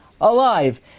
alive